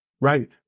right